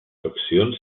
faccions